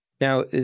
now